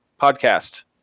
podcast